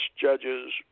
judges